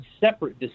separate